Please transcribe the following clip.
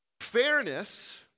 Fairness